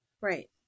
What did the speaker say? Right